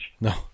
No